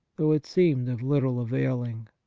though it seemed of little availing